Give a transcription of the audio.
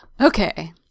Okay